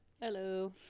Hello